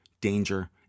danger